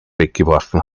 weggeworfen